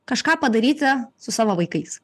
kažką padaryti su savo vaikais